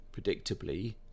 Predictably